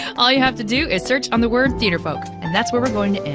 all you have to do is search on the word theatrefolk. and that's where we're going to end.